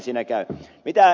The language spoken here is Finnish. mitä ed